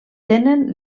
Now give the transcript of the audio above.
tenen